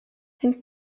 and